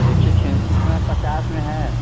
देखिए छेमी इतना पचास